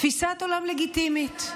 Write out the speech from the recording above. תפיסת עולם לגיטימית.